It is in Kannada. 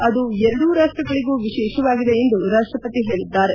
ಅದು ಎರಡೂ ರಾಷ್ಟಗಳಿಗೂ ವಿಶೇಷವಾಗಿದೆ ಎಂದು ರಾಷ್ಟಪತಿ ಹೇಳಿದ್ದಾರೆ